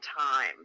time